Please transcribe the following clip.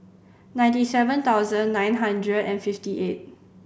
ninety seven thousand nine hundred and fifty eight